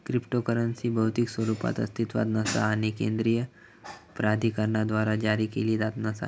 cryptocurrency भौतिक स्वरूपात अस्तित्वात नसा आणि केंद्रीय प्राधिकरणाद्वारा जारी केला जात नसा